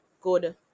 good